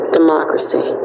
democracy